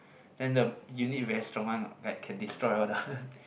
then the unit very strong one like can destroy all the other